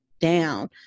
down